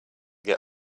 get